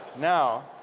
now,